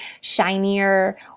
shinier